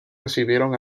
recibieron